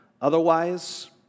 Otherwise